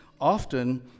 often